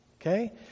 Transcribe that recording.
okay